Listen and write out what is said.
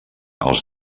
els